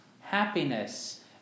happiness